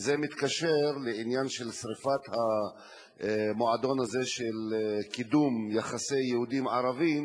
וזה מתקשר לעניין של שרפת המועדון הזה של קידום יחסי יהודים-ערבים.